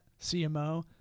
cmo